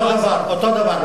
אותו דבר.